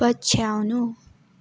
पछ्याउनु